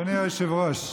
אדוני היושב-ראש,